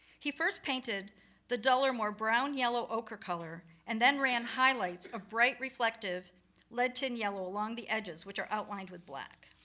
he first painted the duller, more brown-yellow ocher color, and then ran highlights of bright reflective lead-tin yellow along the edges, which are outlined with black.